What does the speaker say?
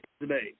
today